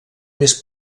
més